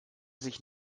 sich